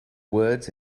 words